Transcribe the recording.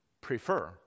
prefer